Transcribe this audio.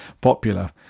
popular